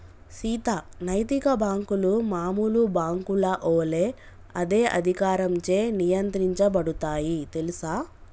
సీత నైతిక బాంకులు మామూలు బాంకుల ఒలే అదే అధికారంచే నియంత్రించబడుతాయి తెల్సా